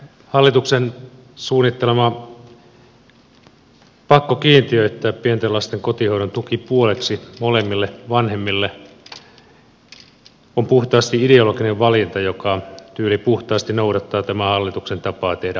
hallituksen suunnittelema pakko kiintiöittää pienten lasten kotihoidon tuki puoliksi molemmille vanhemmille on puhtaasti ideologinen valinta joka tyylipuhtaasti noudattaa tämän hallituksen tapaa tehdä politiikkaa